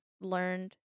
learned